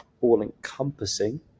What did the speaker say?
all-encompassing